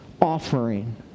offering